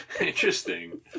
Interesting